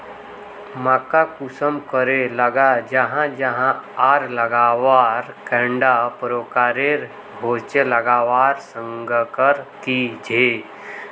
मक्का कुंसम करे लगा जाहा जाहा आर लगवार कैडा प्रकारेर होचे लगवार संगकर की झे?